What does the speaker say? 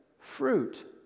fruit